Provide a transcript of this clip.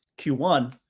q1